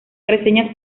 reseñas